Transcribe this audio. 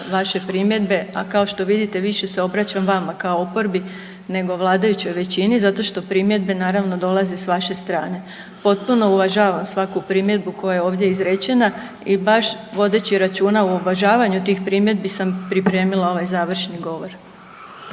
vaše primjedbe. A kao što vidite više se obraćam vama kao oporbi, nego vladajućoj većini zato što primjedbe naravno dolaze sa vaše strane. Potpuno uvažavam svaku primjedbu koja je ovdje izrečena i baš vodeći računa o uvažavanju tih primjedbi sam pripremila ovaj završni govor.